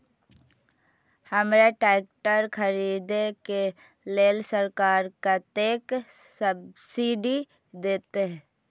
हमरा ट्रैक्टर खरदे के लेल सरकार कतेक सब्सीडी देते?